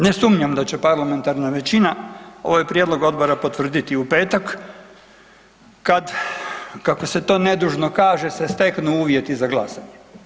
Ne sumnjam da će parlamentarna većina ovaj prijedlog odora potvrditi u petak kad kako se to nedužno kaže se steku uvjeti za gasanje.